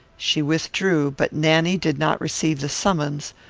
she withdrew, but nanny did not receive the summons,